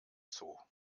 zoo